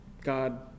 God